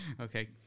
Okay